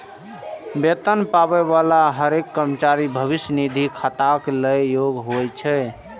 वेतन पाबै बला हरेक कर्मचारी भविष्य निधि खाताक लेल योग्य होइ छै